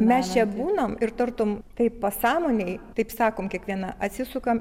mes čia būnam ir tartum taip pasąmonėj taip sakom kiekviena atsisukam